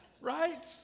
right